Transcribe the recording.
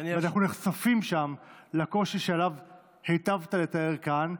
אנחנו נחשפים שם לקושי שהיטבת לתאר כאן.